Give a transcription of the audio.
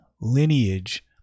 lineage